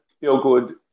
feel-good